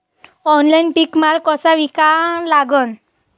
Online पीक माल कसा विका लागन?